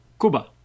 Cuba